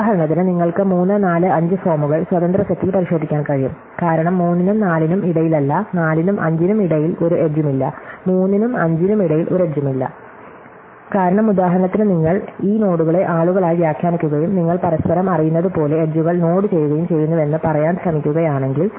ഉദാഹരണത്തിന് നിങ്ങൾക്ക് 3 4 5 ഫോമുകൾ സ്വതന്ത്ര സെറ്റിൽ പരിശോധിക്കാൻ കഴിയും കാരണം 3 നും 4 നും ഇടയിലല്ല 4 നും 5 നും ഇടയിൽ ഒരു എട്ജും ഇല്ല 3 നും 5 നും ഇടയിൽ ഒരു എട്ജുമില്ല കാരണം ഉദാഹരണത്തിന് നിങ്ങൾ ഈ നോഡുകളെ ആളുകളായി വ്യാഖ്യാനിക്കുകയും നിങ്ങൾ പരസ്പരം അറിയുന്നതുപോലെ എട്ജുകൾ നോഡ് ചെയ്യുകയും ചെയ്യുന്നുവെന്ന് പറയാൻ ശ്രമിക്കുകയാണെങ്കിൽ